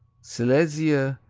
silesia,